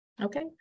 Okay